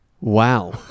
Wow